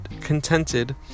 contented